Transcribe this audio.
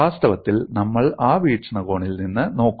വാസ്തവത്തിൽ നമ്മൾ ആ വീക്ഷണകോണിൽ നിന്ന് നോക്കും